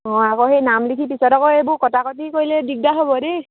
অঁ আকৌ সেই নাম লিখি পিছত আকৌ এইবোৰ কটা কটি কৰিলে দিগদাৰ হ'ব দেই